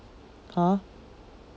!huh!